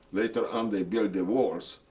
later on they built the walls.